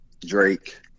Drake